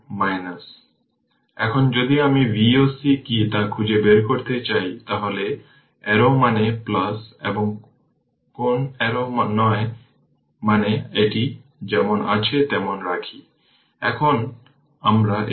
সুতরাং প্রথমে আমাদের খুঁজে বের করতে হবে এখানে i L নিচের দিকে কারেন্ট এর ডাইরেকশন কী